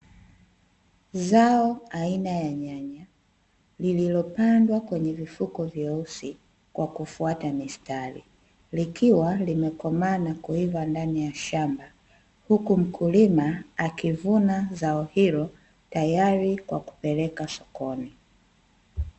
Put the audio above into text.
Zao aina ya nyanya lililopandwa kwenye vifuko vyeusi kwa kufuata mistari, likiwa limekomaa na kuiva ndani ya shamba huku mkulima akivuna zao hilo tayari kwa kupeleka sokoni .